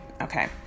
Okay